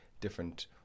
different